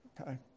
Okay